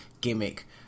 gimmick